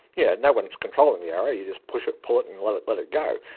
yeah no one is controlling the arrow, you just push it, pull it and let it let it go.